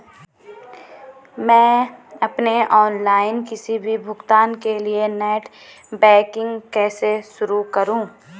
मैं अपने ऑनलाइन किसी भी भुगतान के लिए नेट बैंकिंग कैसे शुरु करूँ?